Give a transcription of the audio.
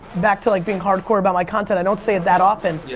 back to like being hardcore about my content, i don't say it that often.